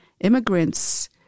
immigrants